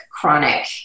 chronic